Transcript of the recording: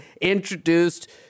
introduced